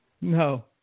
No